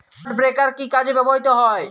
Clod breaker কি কাজে ব্যবহৃত হয়?